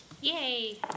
Yay